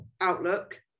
outlook